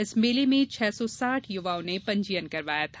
इस मेले में छः सौ साठ युवाओं ने पंजीयन करवाया था